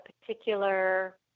particular